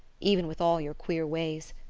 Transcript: even with all your queer ways.